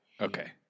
okay